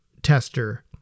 Tester